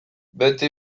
beti